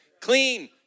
Clean